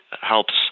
helps